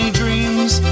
dreams